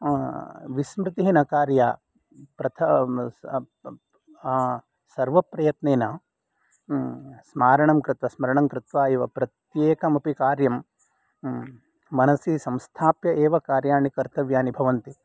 विस्मृतिः न कार्या सर्वप्रयत्नेन स्मारणं कृत्वा स्मरणं कृत्वा एव प्रत्येकमपि कार्यं मनसि संस्थाप्य एव कार्याणि कर्तव्यानि भवन्ति